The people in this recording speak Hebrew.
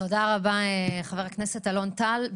תודה רבה חבר הכנסת אלון טל.